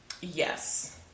yes